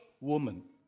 woman